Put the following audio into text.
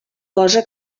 cosa